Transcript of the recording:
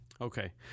okay